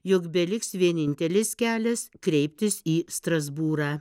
jog beliks vienintelis kelias kreiptis į strasbūrą